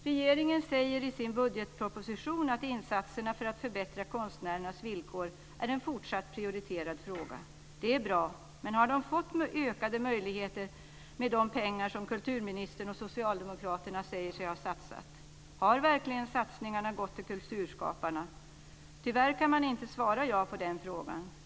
Regeringen säger i budgetpropositionen "att insatser för att förbättra konstnärernas villkor är en fortsatt prioriterad fråga." Det är bra, men har de fått ökade möjligheter med de pengar som kulturministern och socialdemokraterna säger sig ha satsat? Har verkligen satsningarna gått till kulturskaparna? Tyvärr kan man inte svara ja på den frågan.